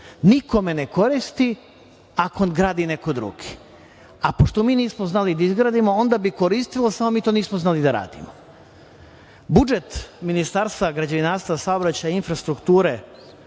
Nikome ne koristi, ako ih gradi neko drugi. Pošto mi nismo znali da izgradimo, onda bi koristilo samo mi to nismo znali da radimo. Budžet Ministarstva građevinarstva, saobraćaja i infrastrukture